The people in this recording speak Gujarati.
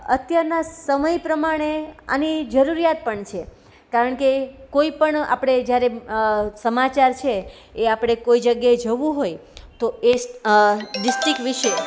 અત્યારના સમય પ્રમાણે આની જરૂરિયાત પણ છે કારણકે કોઈપણ આપણે જ્યારે સમાચાર છે એ આપણે કોઈ જગ્યાએ જવું હોય તો એ ડિસ્ટિક વિશે